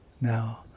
now